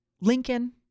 Lincoln